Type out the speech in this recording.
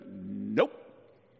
Nope